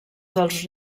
dels